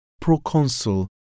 Proconsul